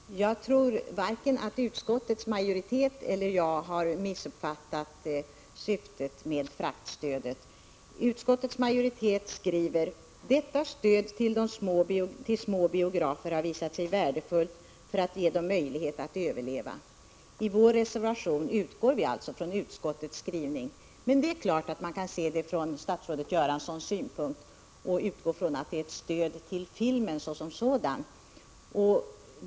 Fru talman! Jag tror att varken utskottets majoritet eller jag har missuppfattat syftet med fraktstödet. Utskottets majoritet skriver: ”Detta stöd till små biografer har visat sig värdefullt för att ge dem en möjlighet att överleva.” I vår reservation utgår vi alltså från utskottets skrivning. Men det är klart att man också kan se frågan från statsrådet Göranssons synpunkt och utgå ifrån att det är ett stöd till filmen som sådan.